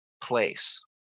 place